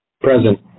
Present